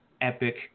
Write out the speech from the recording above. epic